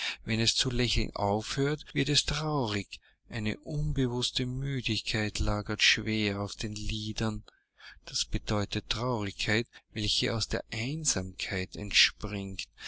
wenn es zu lächeln aufhört wird es traurig eine unbewußte müdigkeit lagert schwer auf den lidern das bedeutet traurigkeit welche aus der einsamkeit entspringt